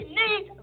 need